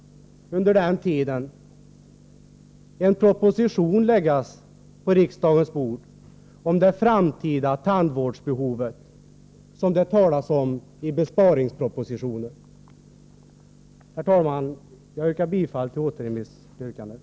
Under den tiden kan en proposition läggas på riksdagens bord om det framtida tandvårdsbehovet som det talas om i besparingspropositionen. Herr talman! Jag yrkar bifall till återremissyrkandet.